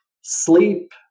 sleep